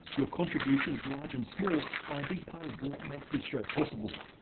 your contributions, large and small, are a big part of what makes this show possible.